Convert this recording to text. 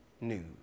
news